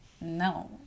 no